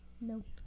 Nope